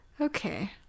Okay